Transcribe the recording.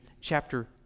chapter